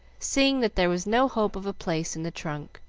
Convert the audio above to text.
seeing that there was no hope of a place in the trunk.